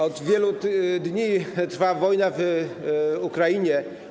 Od wielu dni trwa wojna w Ukrainie.